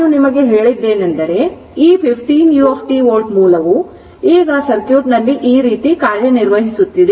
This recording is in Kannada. ನಾನು ನಿಮಗೆ ಹೇಳಿದ್ದೇನೆಂದರೆ ಈ 15u ವೋಲ್ಟ್ ಮೂಲವು ಈಗ ಸರ್ಕ್ಯೂಟ್ನಲ್ಲಿ ಈ ರೀತಿ ಕಾರ್ಯನಿರ್ವಹಿಸುತ್ತಿದೆ